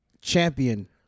champion